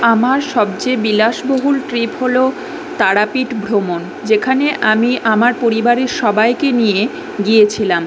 আমার সবচেয়ে বিলাসবহুল ট্রিপ হলো তারাপীঠ ভ্রমণ যেখানে আমি আমার পরিবারের সবাইকে নিয়ে গিয়েছিলাম